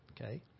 Okay